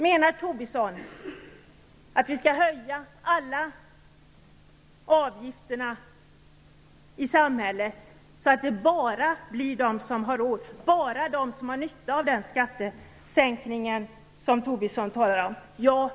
Menar Lars Tobisson att vi skall höja alla avgifter i samhället så att det blir bara de som redan har råd som har nytta av den skattesänkning som Lars Tobisson talar om?